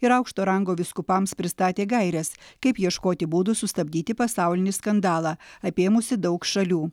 ir aukšto rango vyskupams pristatė gaires kaip ieškoti būdų sustabdyti pasaulinį skandalą apėmusi daug šalių